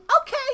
Okay